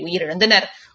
உயிரிழந்தனா்